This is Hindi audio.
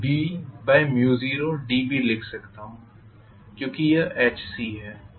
और मुझे इसे dB से गुणा करना चाहिए या मुझे इसे Hc रखना चाहिए लेकिन मैंने इसे B0dB लिख सकता हूं